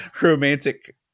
romantic